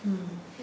mm